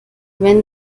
wenn